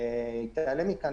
היא תיעלם מכאן,